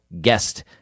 guest